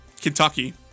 Kentucky